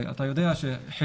אתה יודע שחילזון,